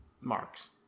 Marks